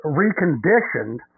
reconditioned